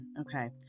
Okay